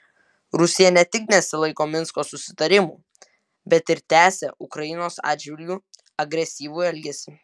rusija ne tik nesilaiko minsko susitarimų bet ir tęsia ukrainos atžvilgiu agresyvų elgesį